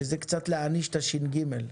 שזה קצת להעניש את הש"ג.